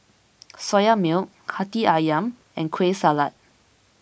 Soya Milk Hati Ayam and Kueh Salat